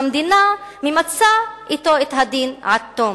המדינה ממצה אתו את הדין עד תום".